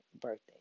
birthday